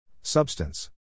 Substance